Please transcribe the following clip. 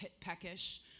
peckish